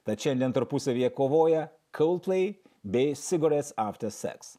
tad šiandien tarpusavyje kovoja coldplay bei cigarettes after sex